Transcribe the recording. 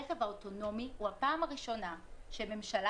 הרכב האוטונומי הוא הפעם הראשונה שממשלה